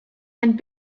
and